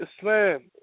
Islam